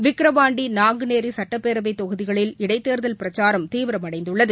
விக்கிரவாண்டி நாங்குநேரி சுட்டப்பேரவைத் தொகுதிகளில் இடைத்தேர்தல் பிரச்சாரம் தீவிரமடைந்துள்ளது